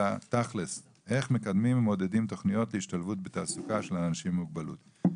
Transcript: איך מקדמים ומעודדים השתלבות בתעסוקה של אנשים עם מוגבלות.